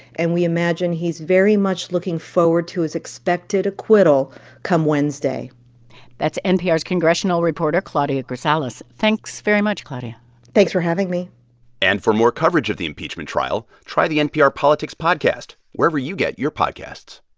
and we imagine he's very much looking forward to his expected acquittal come wednesday that's npr's congressional reporter claudia grisales. thanks very much, claudia thanks for having me and for more coverage of the impeachment trial, try the npr politics podcast wherever you get your podcasts